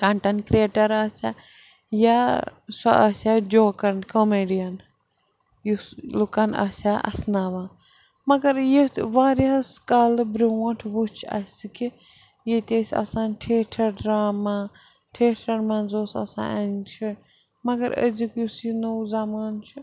content creator آسیٛا یا سُہ آسیٛا جوکَن کومیڈِیَن یُس لُکَن آسہِ ہا اَسناوان مگر یُتھ واریاہَس کالہٕ برٛونٛٹھ وٕچھ اَسہِ کہِ ییٚتہِ ٲسۍ آسان ٹھیٹھَر ڈرٛاما ٹھیٹرَن منٛز اوس آسان مگر أزیُک یُس یہِ نوٚو زَمانہٕ چھُ